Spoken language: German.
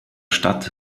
stadt